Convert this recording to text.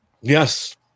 Yes